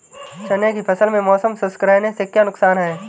चने की फसल में मौसम शुष्क रहने से क्या नुकसान है?